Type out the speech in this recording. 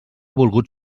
volgut